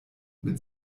mit